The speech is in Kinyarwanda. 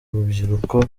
rubyiruko